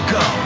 go